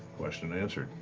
question answered.